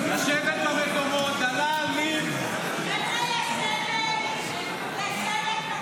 זה קשור לזה